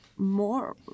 More